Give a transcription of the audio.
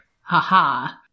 ha-ha